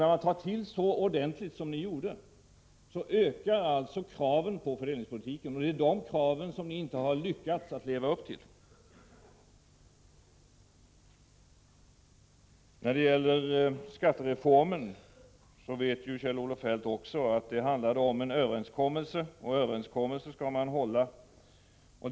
När man tar till så ordentligt som ni gjorde, ökar kraven på fördelningspolitiken, och de kraven har ni inte lyckats leva upp till. När det gäller skattereformen vet Kjell-Olof Feldt också att det handlade om en överenskommelse, och överenskommelser skall man hålla.